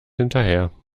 hinterher